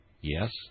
Yes